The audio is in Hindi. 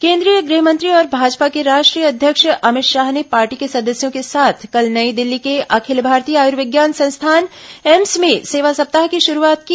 केंद्रीय गृह मंत्री और भाजपा के राष्ट्रीय अध्यक्ष अमित शाह ने पार्टी के सदस्यों के साथ कल नई दिल्ली के अखिल भारतीय आयुर्विज्ञान संस्थान एम्स में सेवा सप्ताह की शुरूआत की